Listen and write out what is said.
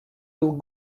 will